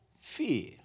fear